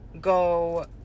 go